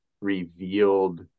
revealed